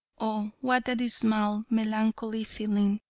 oh, what a dismal, melancholy feeling.